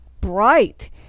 bright